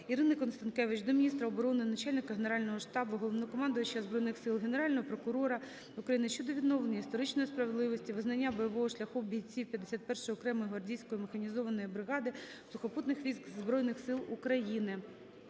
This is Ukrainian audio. Ірини Констанкевич до міністра оборони, Начальника Генерального штабу - Головнокомандувача Збройних Сил, Генерального прокурора України щодо відновлення історичної справедливості, визнання бойового шляху бійців 51 окремої гвардійської механізованої бригади Сухопутних військ Збройних Сил України.